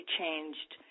changed